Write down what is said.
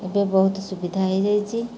ଏବେ ବହୁତ ସୁବିଧା ହେଇଯାଇଛି